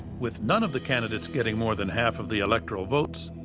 with none of the candidates getting more than half of the electoral votes,